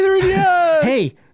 Hey